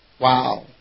Wow